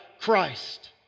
Christ